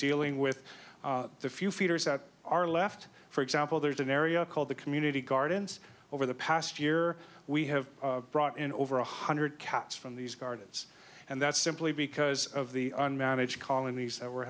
dealing with the few feeders that are left for example there's an area called the community gardens over the past year we have brought in over one hundred cats from these gardens and that's simply because of the unmanaged colonies that were